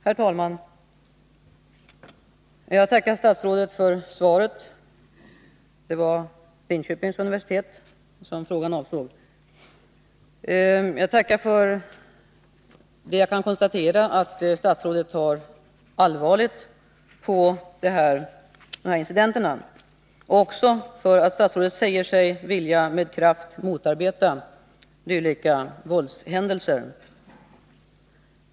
Herr talman! Jag tackar statsrådet för svaret. Jag tackar för att jag kan konstatera, att statsrådet tar allvarligt på dessa incidenter, och för att statsrådet säger sig vilja med kraft motarbeta dylika våldshändelser.